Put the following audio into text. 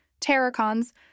Terracons